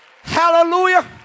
hallelujah